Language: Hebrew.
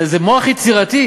איזה מוח יצירתי.